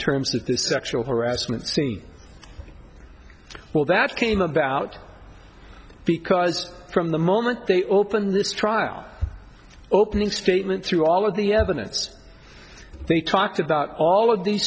terms of the sexual harassment well that came about because from the moment they opened this trial opening statement through all of the evidence they talked about all of these